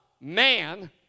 man